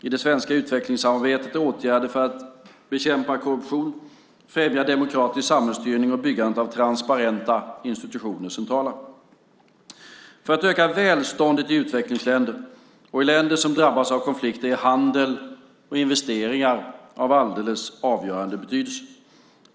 I det svenska utvecklingssamarbetet är åtgärder för att bekämpa korruption, för att främja demokratisk samhällsstyrning och för byggandet av transparenta institutioner centrala. För att öka välståndet i utvecklingsländer och i länder som drabbats av konflikt är handel och investeringar av alldeles avgörande betydelse.